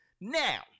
Now